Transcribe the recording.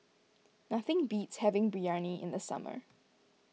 nothing beats having Biryani in the summer